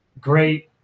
Great